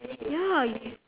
ya you